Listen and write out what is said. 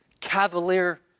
cavalier